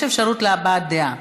יש אפשרות להבעת דעה.